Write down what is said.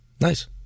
Nice